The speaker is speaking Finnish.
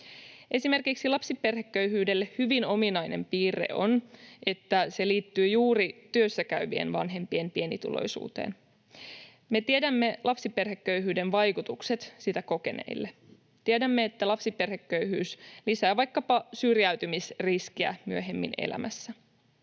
Esimerkiksi lapsiperheköyhyydelle hyvin ominainen piirre on, että se liittyy juuri työssäkäyvien vanhempien pienituloisuuteen. Me tiedämme lapsiperheköyhyyden vaikutukset sitä kokeneille. Tiedämme, että lapsiperheköyhyys lisää vaikkapa syrjäytymisriskiä myöhemmin elämässä,